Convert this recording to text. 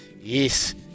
Yes